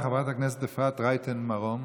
חברת הכנסת אפרת רייטן מרום,